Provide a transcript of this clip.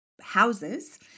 houses